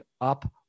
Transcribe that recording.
up